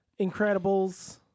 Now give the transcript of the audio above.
Incredibles